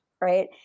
right